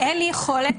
יו"ר הוועדה,